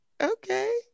okay